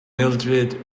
mildrid